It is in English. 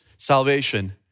Salvation